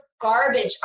garbage